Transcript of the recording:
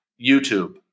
YouTube